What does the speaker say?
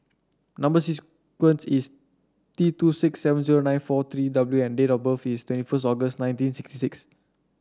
number sequence is T two six seven zero nine four three W and date of birth is twenty first August nineteen sixty six